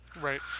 Right